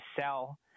sell